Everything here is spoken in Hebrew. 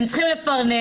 הם צריכים לפרנס,